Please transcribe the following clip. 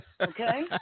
Okay